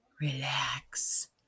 relax